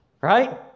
Right